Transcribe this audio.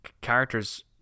characters